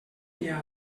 dia